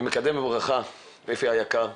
אני מקבל בברכה את אפי היקר,